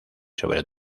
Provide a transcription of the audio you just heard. sobre